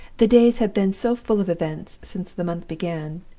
the days have been so full of events since the month began,